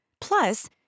Plus